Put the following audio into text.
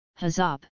HAZOP